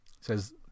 says